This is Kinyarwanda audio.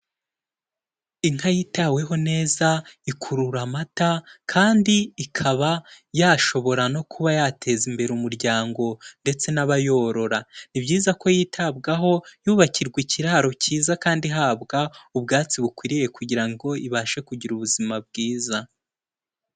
Inka yitaweho neza ikurura amata kandi ikaba yashobora no kuba yateza imbere umuryango ndetse n'abayorora, ni byiza ko yitabwaho y'ubakirwa ikiraro cyiza kandi ihabwa ubwatsi bukwiriye kugira ngo ibashe kugira ubuzima bwiza.